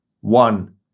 one